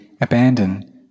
abandon